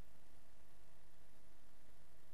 מאוחדים בהסכמה רחבה, ל"כן" ול"לא"